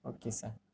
okay sir